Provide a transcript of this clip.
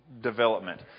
development